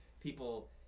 people